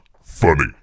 funny